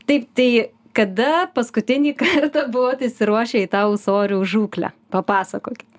taip tai kada paskutinį kartą buvot išsiruošę į tą ūsorių žūklę papasakokit